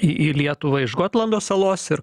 į į lietuvą iš gotlando salos ir